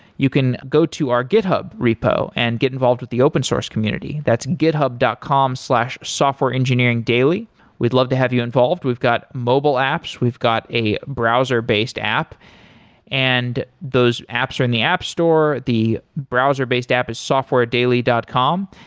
you can go to our github repo and get involved with the open-source community. that's github dot com softwareengineeringdaily we'd love to have you involved. we've got mobile apps, we've got a browser-based app and those apps are in the app store. the browser-based app is softwaredaily dot com.